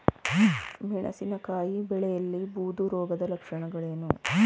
ಮೆಣಸಿನಕಾಯಿ ಬೆಳೆಯಲ್ಲಿ ಬೂದು ರೋಗದ ಲಕ್ಷಣಗಳೇನು?